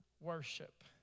worship